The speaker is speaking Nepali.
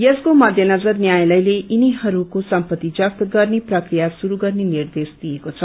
यसको मध्यनजर न्यायालयले यिनीहरूको सम्पत्ति जफ्त गर्ने प्रक्रिया श्रुस गर्ने निर्देश विएको छ